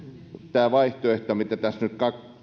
tämä vaihtoehto mitä tässä nyt